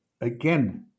again